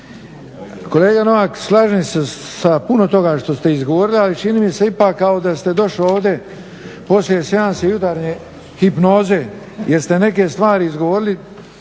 Kolega Novak, slažem se sa puno toga što ste izgovorili ali čini mi se ipak kao da ste došli ovdje poslije seansi jutarnje hipnoze jer ste neke stvari izgovorili